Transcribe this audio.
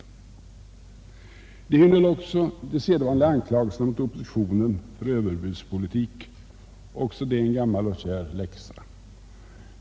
Vidare innehöll det de vanliga anklagelserna mot oppositionen för överbudspolitik, också det en gammal och kär läxa.